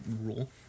rule